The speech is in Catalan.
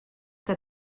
que